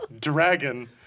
dragon